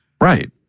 Right